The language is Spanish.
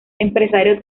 empresario